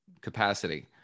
capacity